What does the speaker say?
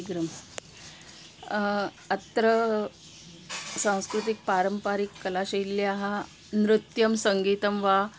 शीघ्रम् अत्र सांस्कृतिकपारम्पारिककलाशैल्याः नृत्यं सङ्गीतं वा